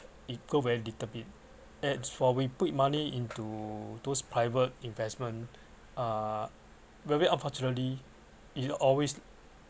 it grow very little bit and for we put money into those private investment uh very unfortunately it's always